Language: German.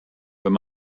wenn